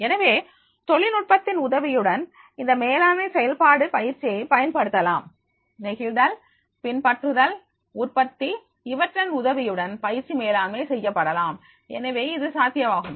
எனவே தொழில்நுட்பத்தின் உதவியுடன் இந்த மேலாண்மை செயல்பாடு பயிற்சியை பயன்படுத்தலாம் நெகிழ்தல் பின்பற்றுதல் உற்பத்தி இவற்றின் உதவியுடன் பயிற்சி மேலாண்மை செய்யப்படலாம் எனவே இது சாத்தியமாகும்